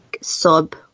sub